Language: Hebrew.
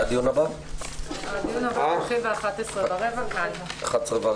3 בעד, אין מתנגדים, אין נמנעים.